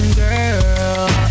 girl